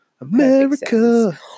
America